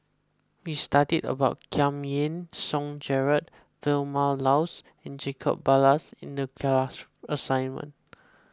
we studied about Giam Yean Song Gerald Vilma Laus and Jacob Ballas in the class assignment